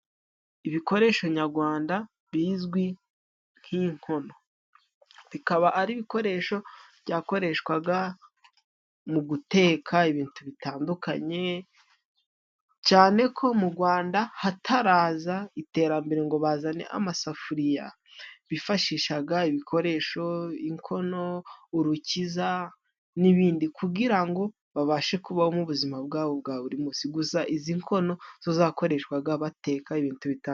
Ibikoresho nyagwanda bizwi nk'inkono bikaba ari ibikoresho byakoreshwaga mu guteka ibintu bitandukanye cyane ko mu Gwanda hataraza iterambere ngo bazane amasafuriya bifashishaga ibikoresho inkono urukiza n'ibindi kugira ngo babashe kubaho mu buzima bwabo bwa buri munsi gusa izi nkono zakoreshwaga bateka ibintu bitatandukanye.